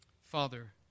Father